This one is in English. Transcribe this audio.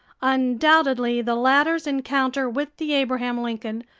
undoubtedly the latter's encounter with the abraham lincoln,